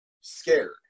Scared